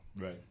Right